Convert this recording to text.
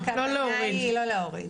הכוונה היא לא להוריד.